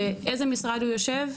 ואיזה משרד הוא יושב?